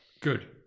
Good